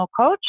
coach